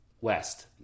West